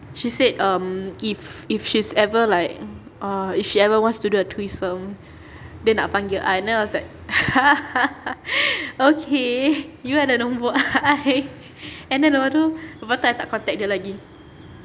she said um if if she's ever like uh if she ever wants to do a threesome dia nak panggil I then I was like okay you ada nombor I and then lepas tu lepas tu I tak contact dia lagi